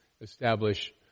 establish